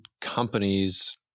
companies